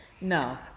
No